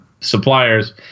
suppliers